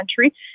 country